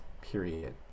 period